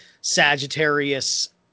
Sagittarius